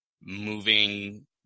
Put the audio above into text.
moving